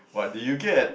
what did you get